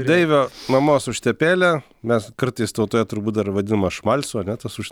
deivio mamos užtepėlė mes kartais tautoje turbūt dar vadinama šmalsiu ar ne tas